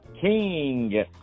King